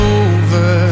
over